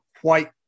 quite-